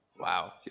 Wow